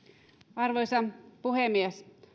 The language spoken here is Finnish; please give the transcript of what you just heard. arvoisa puhemies